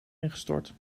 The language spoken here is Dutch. ingestort